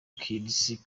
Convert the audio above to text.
kids